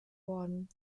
worden